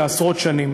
זה עשרות שנים,